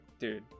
Dude